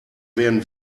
werden